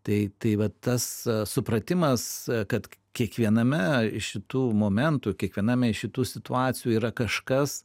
tai tai vat tas supratimas kad kiekviename iš šitų momentų kiekviename iš šitų situacijų yra kažkas